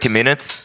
minutes